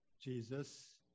Jesus